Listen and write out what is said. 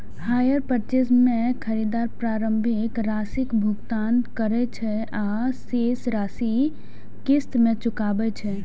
hire purchase मे खरीदार प्रारंभिक राशिक भुगतान करै छै आ शेष राशि किस्त मे चुकाबै छै